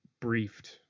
briefed